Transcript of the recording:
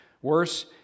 Worse